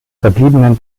verbliebenen